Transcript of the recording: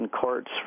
courts